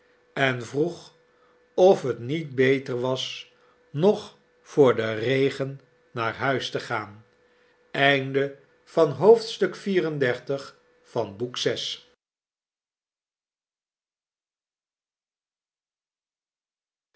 en vroeg of het niet beter was nog voor den regen naar huis te gaan xxxv